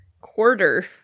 quarter